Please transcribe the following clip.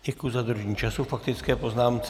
Děkuji za dodržení času k faktické poznámce.